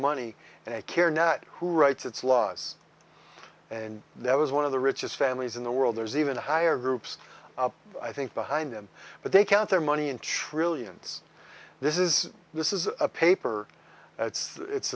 money and care not who writes it's laws and that was one of the richest families in the world there's even a higher groups i think behind them but they count their money and trillions this is this is a paper that's it's